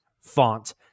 font